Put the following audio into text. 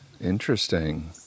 Interesting